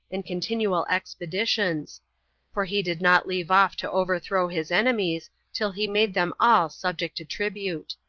and continual expeditions for he did not leave off to overthrow his enemies till he made them all subject to tribute.